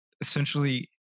essentially